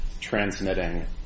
transmitting